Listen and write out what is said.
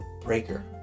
breaker